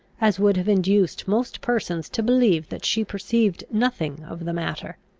as would have induced most persons to believe that she perceived nothing of the matter.